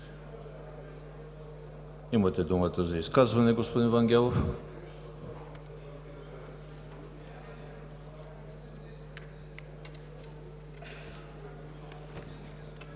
Имате думата за изказване, господин Вангелов.